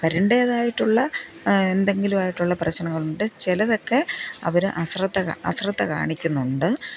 വരണ്ടെതായിട്ടുള്ള എന്തെങ്കിലുമായിട്ടുള്ള പ്രശ്നങ്ങളുണ്ട് ചിലതൊക്കെ അവർ അശ്രദ്ധ അശ്രദ്ധ കാണിക്കുന്നുണ്ട്